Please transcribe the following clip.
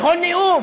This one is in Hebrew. בכל נאום